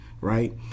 right